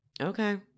okay